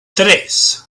tres